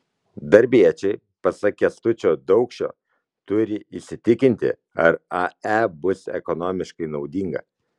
darbiečiai pasak kęstučio daukšio turi įsitikinti ar ae bus ekonomiškai naudinga